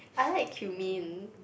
I like cumin